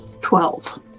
Twelve